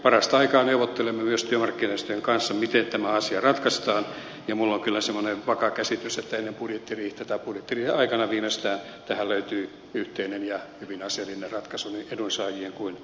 parasta aikaa neuvottelemme myös työmarkkinajärjestöjen kanssa miten tämä asia ratkaistaan ja minulla on kyllä semmoinen vakaa käsitys että ennen budjettiriihtä tai viimeistään budjettiriihen aikana tähän löytyy yhteinen ja hyvin asiallinen ratkaisu niin edunsaajien kuin